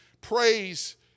praise